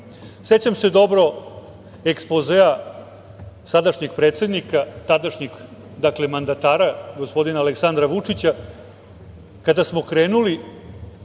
Sećam se dobro ekspozea sadašnjeg predsednika, tadašnjeg mandatara, gospodina Aleksandra Vučića, kada smo krenuli